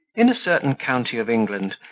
in a certain county of england,